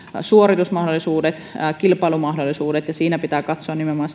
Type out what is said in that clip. suoritusmahdollisuudet kilpailumahdollisuudet ja siinä pitää katsoa nimenomaan